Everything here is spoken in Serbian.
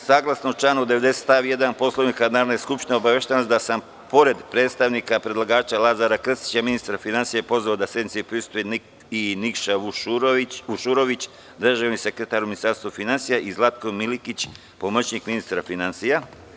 Saglasno članu 90. stav 1. Poslovnika Narodne skupštine obaveštavam vas da sam pored predstavnika predlagača Lazara Krstića, ministra finansija pozvao da sednici prisustvuju i Nikša Vušurović, dežurni sekretar u Ministarstvu finansija i Zlatko Milikić, pomoćnik ministra finansija.